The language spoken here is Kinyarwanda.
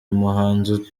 umuhanzi